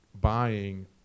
buying